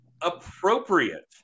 appropriate